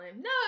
No